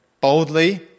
boldly